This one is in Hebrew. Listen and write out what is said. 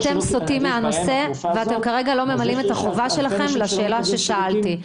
אתם סוטים מהנושא ואתם כרגע לא ממלאים את החובה שלכם לשאלה ששאלתי.